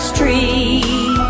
tree